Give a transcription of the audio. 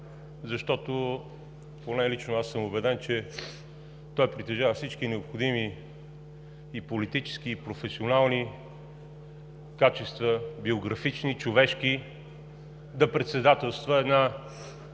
защото поне лично аз съм убеден, че той притежава всички необходими и политически, и професионални качества, биографични, човешки да председателства една